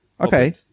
Okay